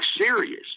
serious